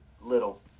little